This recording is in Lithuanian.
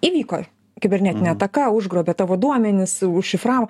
įvyko kibernetinė ataka užgrobė tavo duomenis užšifravo